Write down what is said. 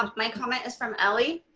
ah my comment is from ellie.